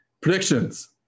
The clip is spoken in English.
Predictions